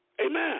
Amen